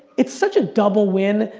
it's such a double win.